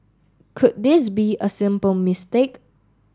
could this be a simple mistake